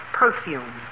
perfume